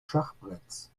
schachbretts